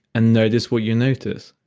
and notice what you notice.